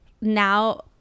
now